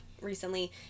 recently